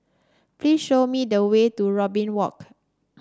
please show me the way to Robin Walk